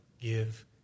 give